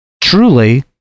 truly